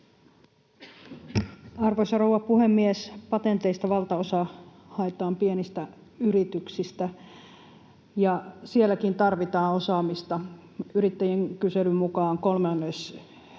Arvoisa rouva puhemies! Patenteista valtaosa haetaan pienistä yrityksistä, ja sielläkin tarvitaan osaamista. Yrittäjien kyselyn mukaan kolmanneksella